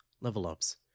level-ups